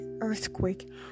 earthquake